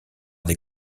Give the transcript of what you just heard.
des